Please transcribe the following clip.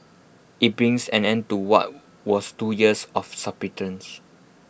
IT brings an end to what was two years of subterfuge